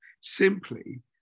simply